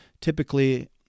typically